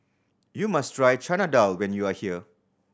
you must try Chana Dal when you are here